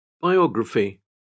Biography